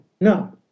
No